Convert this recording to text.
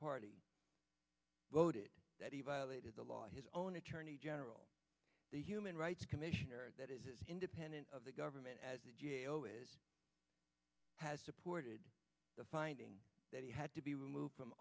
party voted that he violated the law his own attorney general the human rights commissioner that is independent of the government as it is has supported the finding that he had to be removed from